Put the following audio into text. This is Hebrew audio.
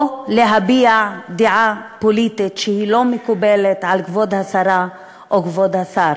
או להביע דעה פוליטית שלא מקובלת על כבוד השרה או כבוד השר,